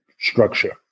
structure